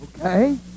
okay